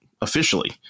officially